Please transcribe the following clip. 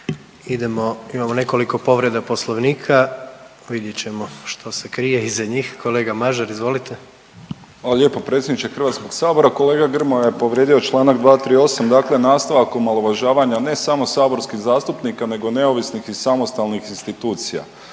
Idemo, imamo nekoliko povreda Poslovnika. Vidjet ćemo što se krije iza njih. Kolega Mažar, izvolite. **Mažar, Nikola (HDZ)** Hvala lijepo predsjedniče Hrvatskog sabora. Kolega Grmoja je povrijedio članak 238., dakle nastavak omalovažavanja ne samo saborskih zastupnika nego neovisnih i samostalnih institucija.